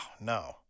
no